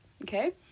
okay